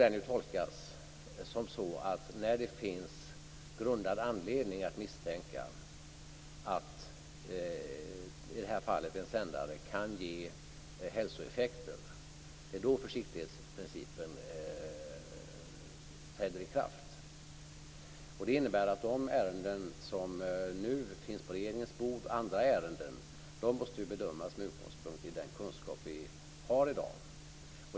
Den får tolkas som att försiktighetsprincipen träder i kraft när det finns grundad anledning att misstänka att, i det här fallet, en sändare kan ge hälsoeffekter. Det innebär att de ärenden som nu finns på regeringens bord, och andra ärenden, måste bedömas med utgångspunkt i den kunskap som vi har i dag.